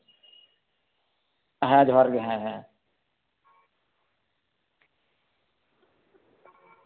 ᱦᱮᱸ ᱡᱚᱦᱟᱨ ᱜᱮ ᱦᱮᱸ ᱦᱮᱸ